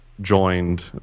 joined